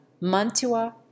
Mantua